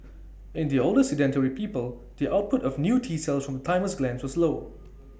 in the older sedentary people the output of new T cells from the thymus glands was low